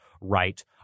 right